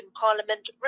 Parliament